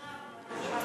מירב.